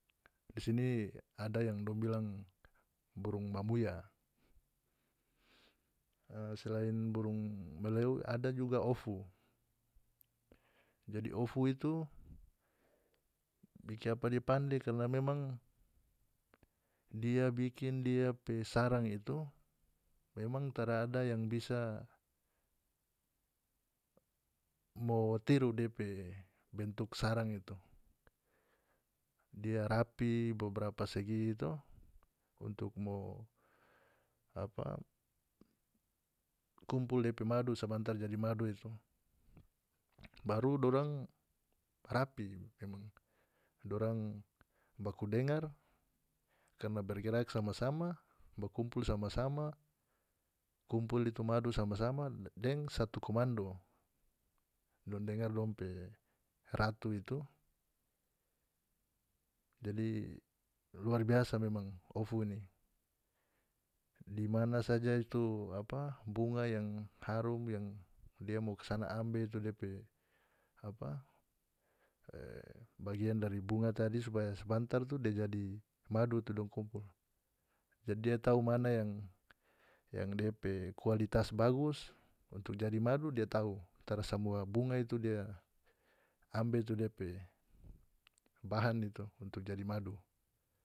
Di sini ada yang dong bilang burung mamuya e selain burung meleu ada juga ofu jadi ofu itu bikapa dia pande karna memang dia bikin dia pe sarang itu memang tarada yang bisa mo tiru dia pe bentuk sarang itu dia rapi beberapa segi to untuk mo apa kumpul depe madu sabantar jadi madu itu baru dorang rapi memang dorang baku dengar karna begerak sama-sama bakumpul sama-sama kumpul itu madu sama-sama deng satu komando dong dengar dong pe ratu itu jadi luar biasa memang ofu ini dimana saja itu bunga yang harum yang dia mau kasana ambe itu depe apa bagian dari bunga tadi supaya sabantar tu dia jadi madu dong kumpul jadi dia tau mana yang yang dia pe kualitas bagus untuk jadi madu dia tau tara samua bunga itu dia ambe itu dia pe bahan itu untuk jadi madu.